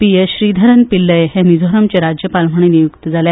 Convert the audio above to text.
पीएस श्रीधरन पिल्लय हे मिझोरामचे राज्यपाल म्हणून नेमणूक जाल्या